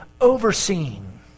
overseeing